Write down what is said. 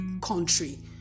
country